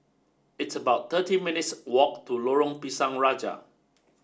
it's about thirty minutes' walk to Lorong Pisang Raja